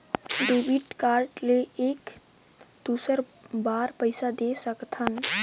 Debit card ले एक दुसर बार पइसा दे सकथन?